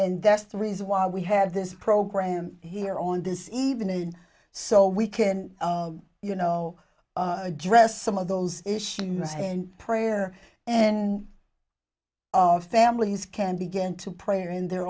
and that's the reason why we have this program here on this evening so we can you know address some of those issues and and prayer of families can begin to prayer in their